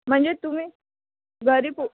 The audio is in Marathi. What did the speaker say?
म्हणजे तुम्ही घरी पो